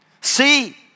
see